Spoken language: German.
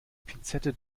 pinzette